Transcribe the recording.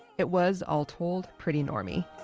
it was, all told, pretty normie.